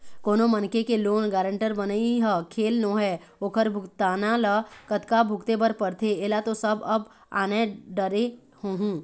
कोनो मनखे के लोन गारेंटर बनई ह खेल नोहय ओखर भुगतना ल कतका भुगते बर परथे ऐला तो सब अब जाने डरे होहूँ